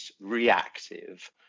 reactive